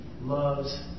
loves